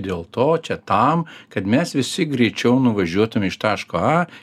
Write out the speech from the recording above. dėl to čia tam kad mes visi greičiau nuvažiuotume iš taško a